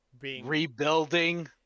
rebuilding